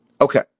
okay